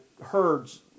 herds